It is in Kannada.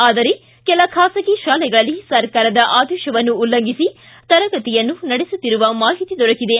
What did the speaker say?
ಆದರೆ ಕೆಲ ಖಾಸಗಿ ಶಾಲೆಗಳಲ್ಲಿ ಸರ್ಕಾರದ ಆದೇಶವನ್ನು ಉಲ್ಲಂಘಿಸಿ ತರಗತಿಯನ್ನು ನಡೆಸುತ್ತಿರುವ ಮಾಹಿತಿ ದೊರಕಿದೆ